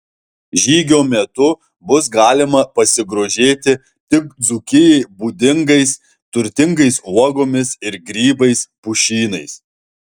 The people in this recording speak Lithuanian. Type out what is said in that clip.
žygio metu bus galima pasigrožėti tik dzūkijai būdingais turtingais uogomis ir grybais pušynais